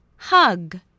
Hug